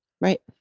Right